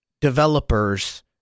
developers